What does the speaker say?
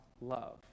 love